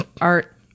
art